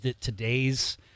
today's